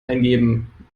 eingeben